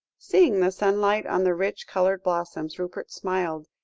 seeing the sunlight on the rich coloured blossoms, rupert smiled,